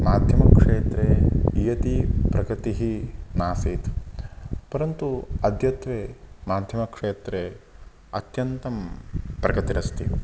माध्यमक्षेत्रे इयती प्रगतिः नासीत् परन्तु अद्यत्वे माध्यमक्षेत्रे अत्यन्तं प्रगतिरस्ति